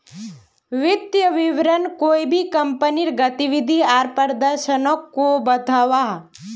वित्तिय विवरण कोए भी कंपनीर गतिविधि आर प्रदर्शनोक को बताहा